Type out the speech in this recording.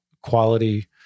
quality